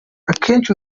akenshi